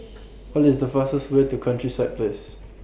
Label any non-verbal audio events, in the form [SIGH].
[NOISE] What IS The fastest Way to Countryside Place